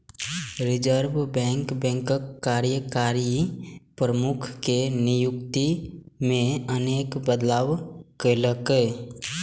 reserve bank बैंकक कार्यकारी प्रमुख के नियुक्ति मे अनेक बदलाव केलकै